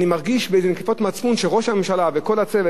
אני מרגיש בנקיפות מצפון שראש הממשלה וכל הצוות,